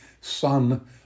son